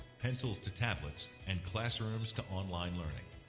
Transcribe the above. pencils to tablets, and classrooms to online learning.